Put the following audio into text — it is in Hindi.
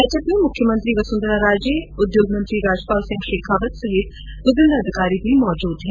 बैठक में मुख्यमंत्री वसुंधरा राजे उद्योग मंत्री राजपाल सिंह शेखावत सहित विभिन्न अधिकारी भी मौजूद है